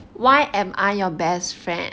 why am I your best friend